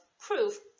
proof